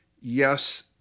Yes